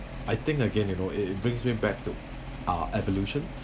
I think again you know it it brings me back to uh evolution